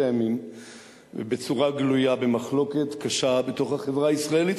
הימים בצורה גלויה במחלוקת קשה בתוך החברה הישראלית,